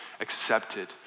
accepted